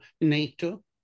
NATO